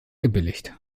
gebilligt